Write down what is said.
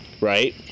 right